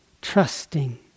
trusting